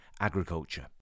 agriculture